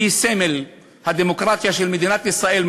שהיא סמל הדמוקרטיה של מדינת ישראל,